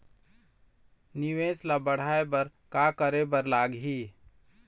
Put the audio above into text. निवेश ला बड़हाए बर का करे बर लगही?